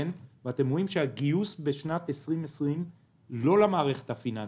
ואתם רואים שהגיוס בשנת 2020 לא למערכת הפיננסית,